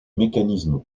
mécanisme